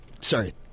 sorry